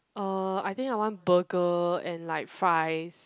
uh I think I want burger and like fries